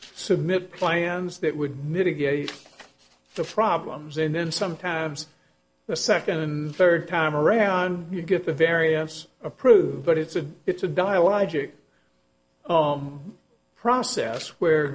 submit plans that would mitigate the problems and then sometimes the second or third time around you get the variance approved but it's a it's a dialogic process where